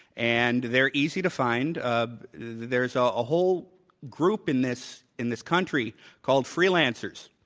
and they're easy to find. um there's ah a whole group in this in this country called, freelancers,